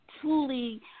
truly